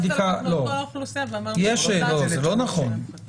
זה לא נכון,